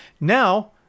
Now